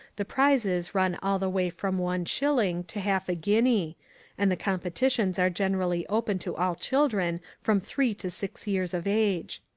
the prizes run all the way from one shilling to half a guinea and the competitions are generally open to all children from three to six years of age.